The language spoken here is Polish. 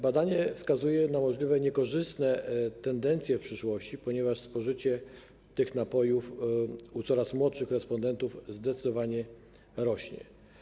Badanie wskazuje na możliwe niekorzystne tendencje w przyszłości, ponieważ spożycie tych napojów u coraz młodszych respondentów zdecydowanie rośnie.